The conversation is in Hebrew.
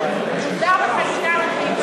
מוגבלויות סודר בחקיקה ראשית,